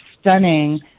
stunning